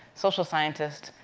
social scientists,